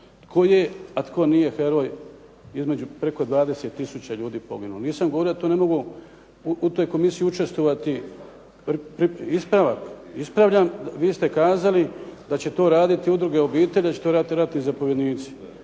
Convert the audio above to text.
tko je, a tko nije heroj između preko 20 tisuća ljudi. Nisam govorio to ne mogu u toj komisiji ne mogu učestvovati. Ispravak. Ispravljam, vi ste kazali da će to raditi Udruge obitelji, da će to raditi ratni zapovjednici.